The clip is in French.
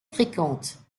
fréquente